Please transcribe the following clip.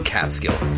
Catskill